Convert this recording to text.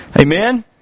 Amen